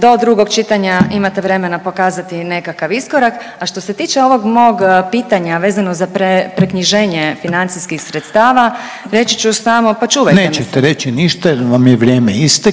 do drugog čitanja imate vremena pokazati nekakav iskorak, a što se tiče ovog mog pitanja vezano za preknjiženje financijskih sredstava, reći ću samo pa čuvajte me se. **Reiner, Željko